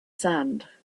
sand